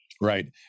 Right